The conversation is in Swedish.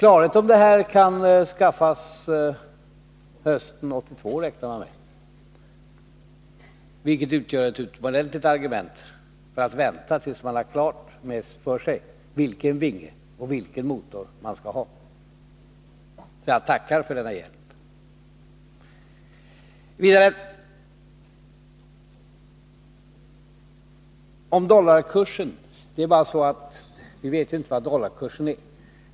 Man räknar med att klarhet om detta kan nås hösten 1982 — vilket utgör ett utomordentligt argument för att vänta tills man har klart för sig vilken vinge och vilken motor man skall ha. Jag tackar för denna hjälp. När det gäller dollarkursen är det bara så att vi inte vet vad dollarkursen är.